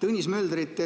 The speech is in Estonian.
Tõnis Möldrit.